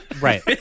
Right